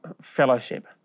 fellowship